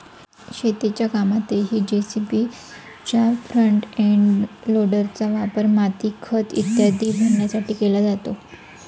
शेतीच्या कामातही जे.सी.बीच्या फ्रंट एंड लोडरचा वापर माती, खत इत्यादी भरण्यासाठी केला जातो